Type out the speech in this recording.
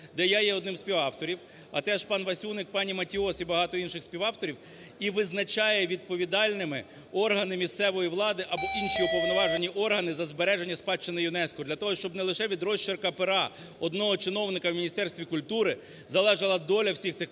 де я є одним з співавторів, а теж пан Васюник, пані Матіос і багато інших співавторів, і визначає відповідальними органи місцевої влади або інші уповноважені органи за збереження спадщини ЮНЕСКО для того, щоб не лише від розчерку пера одного чиновника в Міністерстві культури залежала доля всіх цих пам'яток